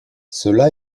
cela